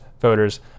voters